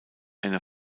eine